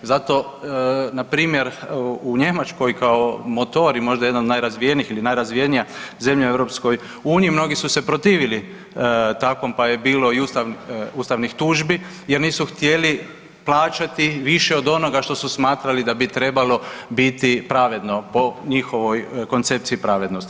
Zato npr. u Njemačkoj kao motor i možda jedna od najrazvijenijih ili najrazvijenija zemlja u EU mnogi su se protivili takvom pa je bilo i ustavnih tužbi jer nisu htjeli plaćati više od onoga što su smatrali da bi trebalo biti pravedno po njihovoj koncepciji pravednosti.